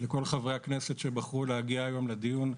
ולכל חברי הכנסת שבחרו להגיע היום לדיון.